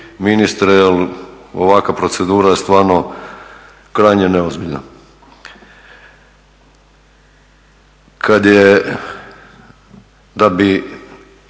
ministre jer ovakva procedura je stvarno krajnje neozbiljna. Kada je da bi